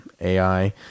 AI